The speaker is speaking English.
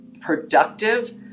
productive